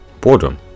Boredom